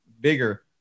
bigger